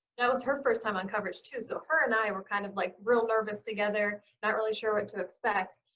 that was her first time on coverage too. so her and i were kind of like, real nervous together. not really sure what to expect.